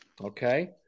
Okay